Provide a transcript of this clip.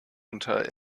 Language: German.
unter